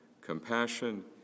compassion